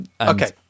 Okay